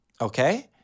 Okay